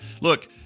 Look